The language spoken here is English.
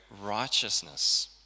righteousness